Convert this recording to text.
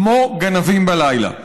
כמו גנבים בלילה.